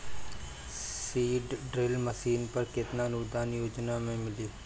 Seed drill machine पर केतना अनुदान योजना में मिली?